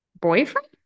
boyfriend